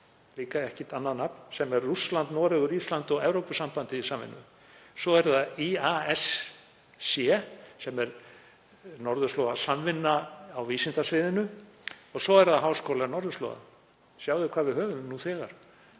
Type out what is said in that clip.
Dimension, þar sem eru Rússland, Noregur, Ísland og Evrópusambandið í samvinnu. Svo er það IASC, sem er norðurslóðasamvinna á vísindasviðinu og síðan Háskóli norðurslóða. Sjáið hvað við höfum nú þegar.